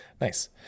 Nice